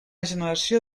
generació